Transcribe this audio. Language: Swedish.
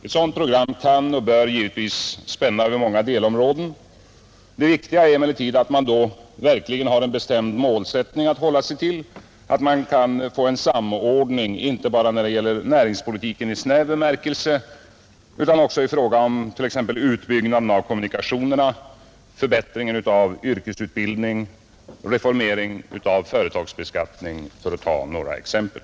Ett sådant program kan och bör givetvis spänna över många delområden. Det viktiga är emellertid att man då verkligen har en bestämd målsättning att hålla sig till, att man kan få en samordning inte bara när det gäller näringspolitiken i snäv bemärkelse utan också i fråga om utbyggnad av kommunikationerna, förbättring av yrkesutbildningen, reformering av företagsbeskattningen — för att ta några exempel.